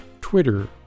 Twitter